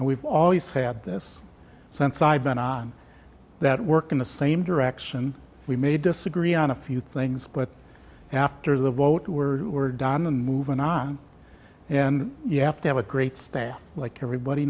and we've always had this sense i've been on that work in the same direction we may disagree on a few things but after the vote were done i'm movin on and you have to have a great staff like everybody